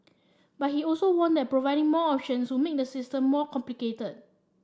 but he also warned that providing more options would make the system more complicated